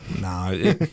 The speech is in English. Nah